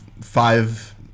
five